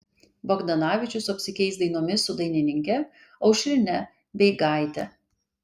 bagdanavičius apsikeis dainomis su dainininke aušrine beigaite